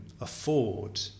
afford